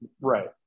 Right